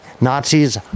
Nazis